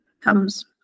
comes